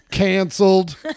canceled